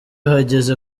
hageze